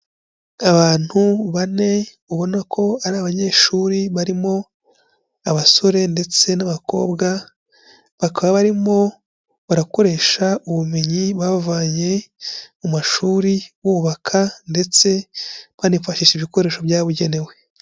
Abantu bane ubona ko ari abanyeshuri barimo abasore ndetse n'abakobwa, bakaba barimo barakoresha ubumenyi bavanye mu mashuri bubaka ndetse banifashisha ibikoresho byabugenewe.